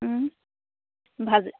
ভাজি